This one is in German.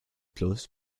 plus